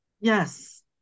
Yes